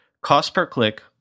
cost-per-click